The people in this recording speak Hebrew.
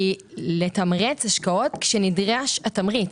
היא לתמרץ השקעות כשנדרש התמריץ,